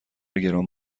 گران